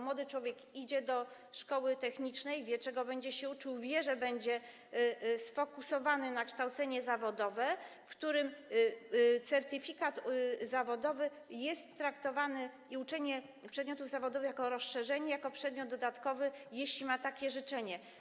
Młody człowiek idzie do szkoły technicznej, wie, czego będzie się uczył, wie, że będzie sfokusowany na kształceniu zawodowym, gdzie certyfikat zawodowy jest traktowany - i uczenie przedmiotów zawodowych - jako rozszerzenie, jako przedmiot dodatkowy, jeśli ma on takie życzenie.